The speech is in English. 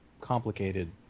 complicated